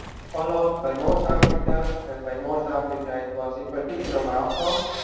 followed by north africa, and by north africa it was in particular morocco,